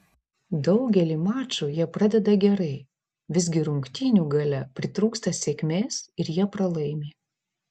daugelį mačų jie pradeda gerai visgi rungtynių gale pritrūksta sėkmės ir jie pralaimi